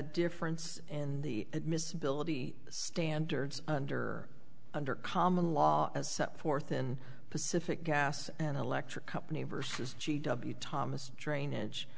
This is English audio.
difference in the admissibility standards under under common law as set forth in pacific gas and electric company versus g w thomas drainage